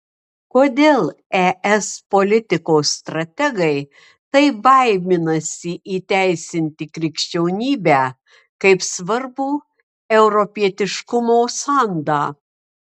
kodėl es politikos strategai taip baiminasi įteisinti krikščionybę kaip svarbų europietiškumo sandą